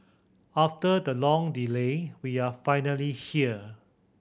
after the long delay we are finally here